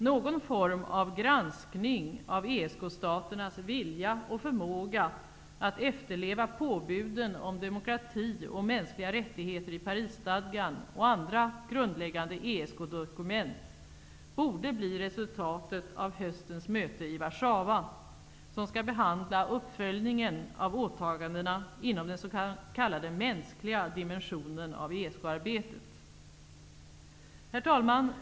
Någon form av granskning av ESK-staternas vilja och förmåga att efterleva påbuden om demokrati och mänskliga rättigheter i Parisstadgan och andra grundläggande ESK-dokument borde bli resultatet av höstens möte i Warszawa, som skall behandla uppföljningen av åtagandena inom den s.k. mänskliga dimensionen av ESK-arbetet. Herr talman!